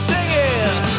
Singing